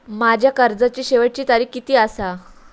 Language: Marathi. माझ्या कर्जाची शेवटची तारीख किती आसा?